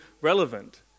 relevant